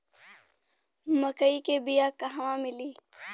मक्कई के बिया क़हवा मिली?